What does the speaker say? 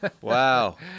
Wow